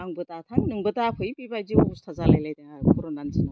आंबो दाथां नोंबो दाफै बेबायदि अबस्था जालाय लायदों आरो कर'नानि दिनाव